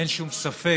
אין ספק,